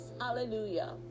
Hallelujah